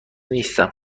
نیستم